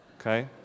okay